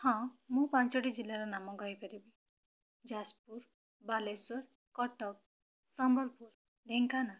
ହଁ ମୁଁ ପାଞ୍ଚଟି ଜିଲ୍ଲାର ନାମ କହିପାରିବି ଯାଜପୁର ବାଲେଶ୍ୱର କଟକ ସମ୍ବଲପୁର ଢେଙ୍କାନାଳ